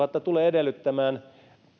tulee edellyttämään